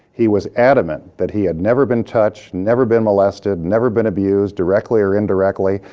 he was adamant, that he had never been touched, never been molested, never been abused directly or indirectly.